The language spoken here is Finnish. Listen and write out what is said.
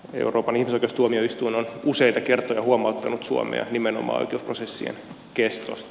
euroopan ihmisoikeustuomioistuin on useita kertoja huomauttanut suomea nimenomaan oikeusprosessien kestosta